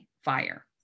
fire